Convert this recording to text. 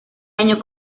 año